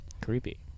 Creepy